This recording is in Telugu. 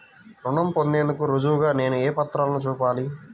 రుణం పొందేందుకు రుజువుగా నేను ఏ పత్రాలను చూపాలి?